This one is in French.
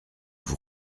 vous